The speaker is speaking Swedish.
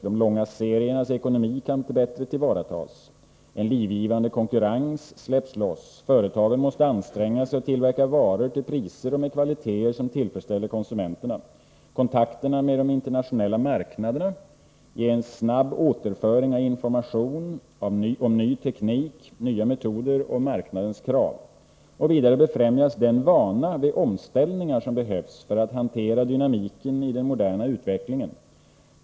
De långa seriernas ekonomi kan bättre tillvaratas. En livgivande konkurrens släpps loss. Företagen måste anstränga sig att tillverka varor till priser och med kvaliteter som tillfredsställer konsumenterna. Kontakter med de internationella marknaderna ger en snabb återföring av information om ny teknik, nya metoder och marknadens krav. Vidare befrämjas den vana vid omställningar som behövs för att hantera dynamiken i den moderna utvecklingen.